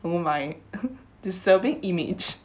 oh my disturbing image